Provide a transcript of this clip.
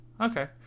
okay